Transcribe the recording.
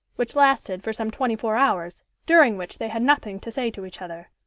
which lasted for some twenty-four hours, during which they had nothing to say to each other.